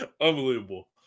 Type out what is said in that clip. Unbelievable